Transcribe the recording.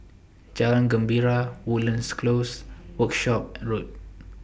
Jalan Gembira Woodlands Close and Workshop Road